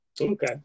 Okay